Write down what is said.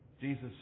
Jesus